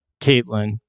Caitlin